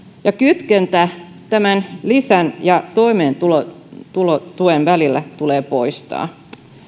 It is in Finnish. ja kytkentä tämän lisän ja toimeentulotuen välillä tulee poistaa